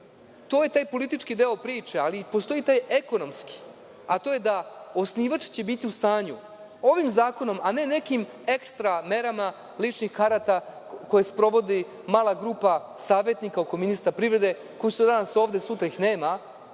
To je taj politički deo priče, ali postoji i taj ekonomski, a to je da će osnivač biti u stanju ovim zakonom, a ne nekim ekstra merama ličnih karata, koje sprovodi mala grupa savetnika oko ministra privrede, koji su danas ovde, a sutra ih nema,